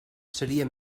seria